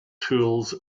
tools